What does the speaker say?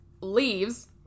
leaves